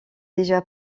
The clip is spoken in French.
déjà